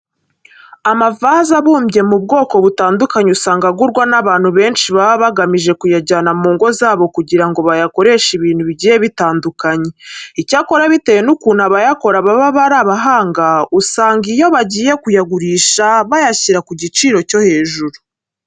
Amavaze abumbye mu bwoko butandukanye usanga agurwa n'abantu benshi baba bagamije kuyajyana mu ngo zabo kugira ngo bayakoreshe ibintu bigiye bitandukanye. Icyakora bitewe n'ukuntu abayakora baba ari abahanga, usanga iyo bagiye kuyagurisha bayashyira ku giciro cyo hejuru.